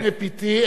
חסכתי מפתי,